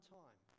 time